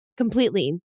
Completely